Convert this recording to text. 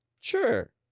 Sure